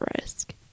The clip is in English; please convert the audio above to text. risk